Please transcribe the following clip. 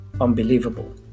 unbelievable